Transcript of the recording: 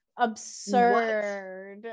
absurd